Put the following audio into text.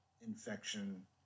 infection